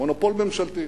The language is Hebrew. מונופול ממשלתי.